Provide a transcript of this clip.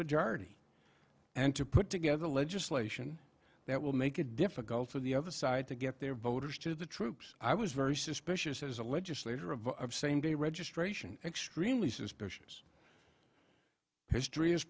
majority and to put together legislation that will make it difficult for the other side to get their voters to the troops i was very suspicious as a legislator of same day registration extremely suspicious history